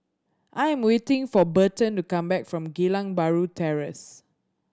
I am waiting for Berton to come back from Geylang Bahru Terrace